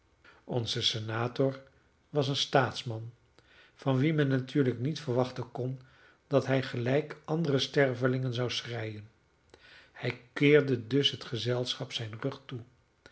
onze senator was een staatsman van wien men natuurlijk niet verwachten kon dat hij gelijk andere stervelingen zou schreien hij keerde dus het gezelschap zijn rug toe